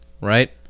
right